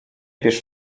pisz